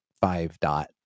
five-dot